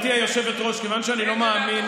גברתי היושבת-ראש, כיוון שאני לא מאמין,